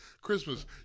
Christmas